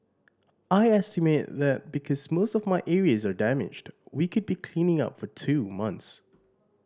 I estimate that because most of my areas are damaged we could be cleaning up for two months